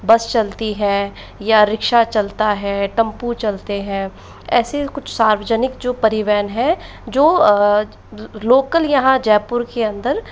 बस चलती है या रिक्शा चलता है टेम्पो चलते हैं ऐसे कुछ सार्वजनिक जो परिवहन है जो लोकल यहाँ जयपुर के अंदर